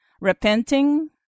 repenting